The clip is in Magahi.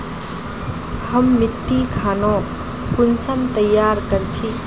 हम मिट्टी खानोक कुंसम तैयार कर छी?